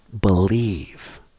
believe